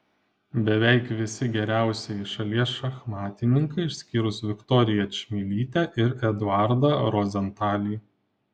beveik visi geriausieji šalies šachmatininkai išskyrus viktoriją čmilytę ir eduardą rozentalį